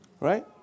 Right